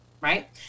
right